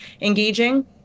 engaging